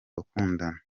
bakundana